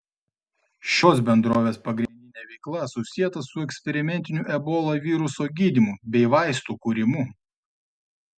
šios bendrovės pagrindinė veikla susieta su eksperimentiniu ebola viruso gydymu bei vaistų kūrimu